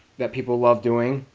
that people love doing.